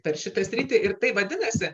per šitą sritį ir tai vadinasi